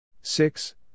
Six